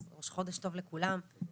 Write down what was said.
אז חודש טוב לכולם,